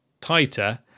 tighter